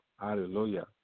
hallelujah